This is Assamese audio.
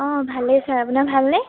অঁ ভালেই ছাৰ আপোনাৰ ভালনে